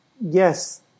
yes